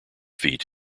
feet